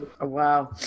wow